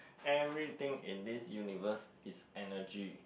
everything in this universe is energy